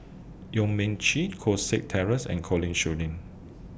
Yong Mun Chee Koh Seng Kiat Terence and Colin Schooling